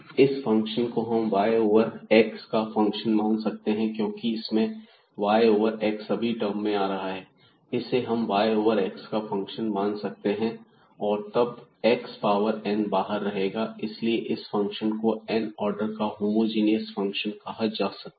इस फंक्शन को हम y ओवर x का फंक्शन मान सकते हैं क्योंकि इसमें y ओवर x सभी टर्म में आ रहा है तो इसे हम y ओवर x का फंक्शन मान सकते हैं और तब x पावर n बाहर रहेगा इसलिए इस फंक्शन को n ऑर्डर का होमोजीनियस फंक्शन कहा जा सकता है